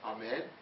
Amen